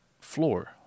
floor